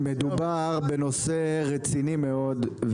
שמדובר בנושא רציני מאוד,